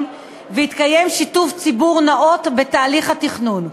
ויתקיים שיתוף ציבור נאות בתהליך התכנון.